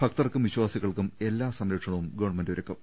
ഭക്തർക്കും വിശ്വാസികൾക്കും എല്ലാ സംരക്ഷണവും ഗവൺമെന്റ് ഒരു ക്കും